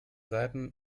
seiten